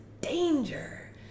danger